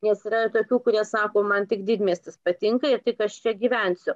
nes yra ir tokių kurie sako man tik didmiestis patinka ir tik aš čia gyvensiu